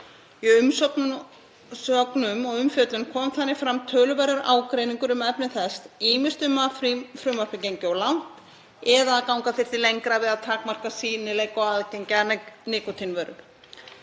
Í umsögnum og umfjöllun þar kom þannig fram töluverður ágreiningur um efni þess, ýmist um að frumvarpið gengi of langt eða þá að ganga þyrfti lengra við að takmarka sýnileika og aðgengi að nikótínvörum.